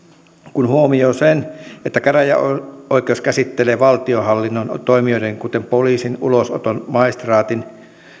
kun huomioi sen että käräjäoikeus käsittelee valtionhallinnon toimijoiden kuten poliisin ulosoton maistraatin